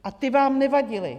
A ty vám nevadily.